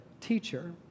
teacher